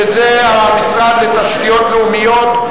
שזה המשרד לתשתיות לאומיות,